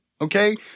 Okay